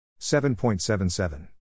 7.77